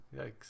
yikes